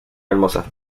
hermosa